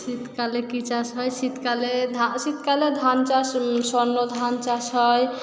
শীতকালে কী চাষ হয় শীতকালে শীতকালে ধান চাষ স্বর্ণ ধান চাষ হয়